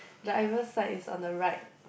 driver side is on the right